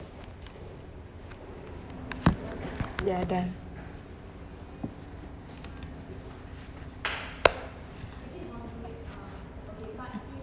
ya